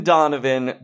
Donovan